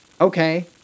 okay